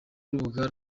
rubuga